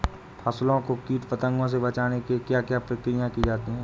फसलों को कीट पतंगों से बचाने के लिए क्या क्या प्रकिर्या की जाती है?